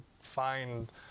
find